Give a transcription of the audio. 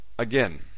Again